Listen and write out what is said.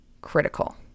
critical